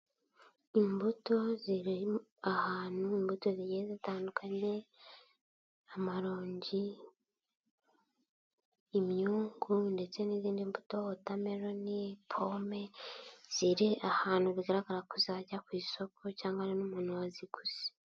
Imbuto ziri ahantu imbuto zigiye zitandukanye, amarongi, imyungu ndetse n'izindi mbuto, watermelon, pome, ziri ahantu bigaragara ko zajya ku isoko cyangwa hari n'umuntu waziguze.